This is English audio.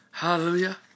Hallelujah